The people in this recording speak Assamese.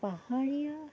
পাহাৰীয়া